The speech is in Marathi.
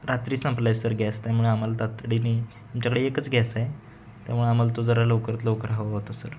रात्री संपला आहे सर गॅस त्यामुळे आम्हाला तातडीने आमच्याकडे एकच गॅस आहे त्यामुळे आम्हाला तो जरा लवकरात लवकर हवा होता सर